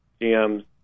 gm's